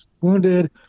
wounded